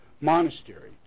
monastery